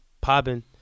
popping